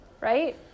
Right